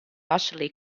ashley